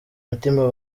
mutima